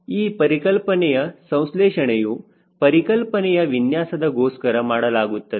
ಈ ಪರಿಕಲ್ಪನೆಯ ಸಂಸ್ಲೇಷಣೆಯು ಪರಿಕಲ್ಪನೆಯ ವಿನ್ಯಾಸದ ಗೋಸ್ಕರ ಮಾಡಲಾಗುತ್ತದೆ